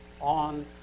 on